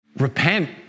Repent